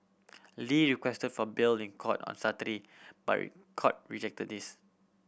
Lee requested for bail in court on Saturday but the court rejected this